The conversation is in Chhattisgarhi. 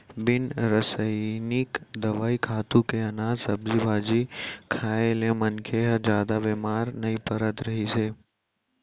बिन रसइनिक दवई, खातू के अनाज, सब्जी भाजी खाए ले मनखे ह जादा बेमार नइ परत रहिस हे